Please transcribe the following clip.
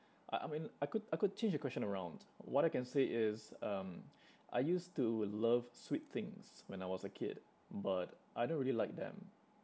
I I mean I could I could change the question around what I can say is um I used to love sweet things when I was a kid but I don't really like them